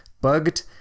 Bugged